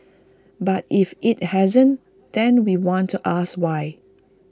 but if IT hasn't then we want to ask why